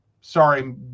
Sorry